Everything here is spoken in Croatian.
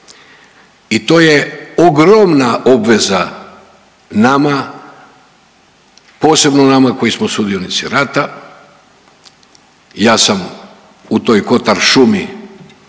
i to je ogromna obveza nama, posebno nama koji smo sudionici rata. Ja sam u toj Kotar šumi